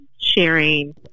sharing